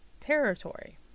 territory